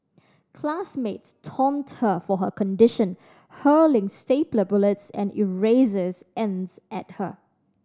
classmates taunted her for her condition hurling stapler bullets and erases ends at her